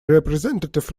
representative